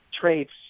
traits